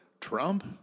Trump